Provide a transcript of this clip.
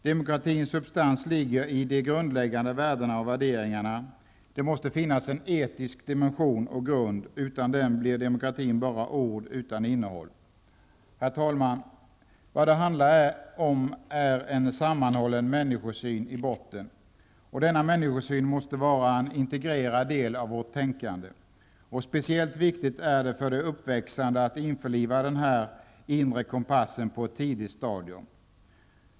Demokratins substans ligger i de grundläggande värdena och värderingarna -- det måste finnas en etisk dimension och grund. Utan den blir demokratin bara ord utan innehåll. Herr talman! Vad det handlar om är en sammanhållen människosyn i botten. Och denna människosyn måste vara en integrerad del av vårt tänkande. Speciellt viktigt är det att de uppväxande införlivar denna inre kompass på ett tidigt stadium.